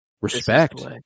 respect